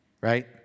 right